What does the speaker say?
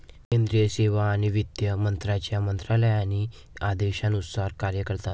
केंद्रीय सेवा आणि वित्त मंत्र्यांच्या मंत्रालयीन आदेशानुसार कार्य करतात